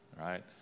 right